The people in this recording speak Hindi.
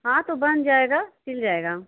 हाँ तो बन जाएगा सिल जाएगा